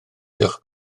diolch